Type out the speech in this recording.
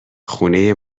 خونه